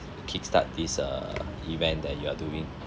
kickstart this uh event that you are doing